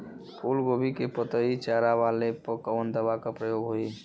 फूलगोभी के पतई चारे वाला पे कवन दवा के प्रयोग होई?